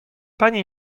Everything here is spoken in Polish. pani